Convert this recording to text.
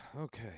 Okay